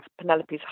Penelope's